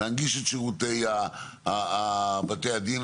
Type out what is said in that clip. להנגיש את שירותי בתי הדין,